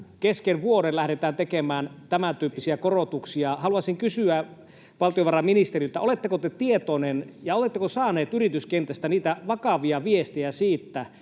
kesken vuoden lähdetään tekemään tämäntyyppisiä korotuksia. Haluaisin kysyä valtiovarainministeriltä: oletteko te tietoinen ja oletteko saaneet yrityskentästä niitä vakavia viestejä siitä,